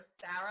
Sarah